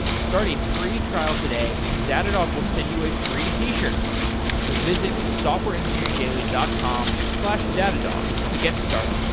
start a free trial today and datadog will send you a free t-shirt visit softwareengineeringdaily dot com slash datadog to get started.